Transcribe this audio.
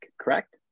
correct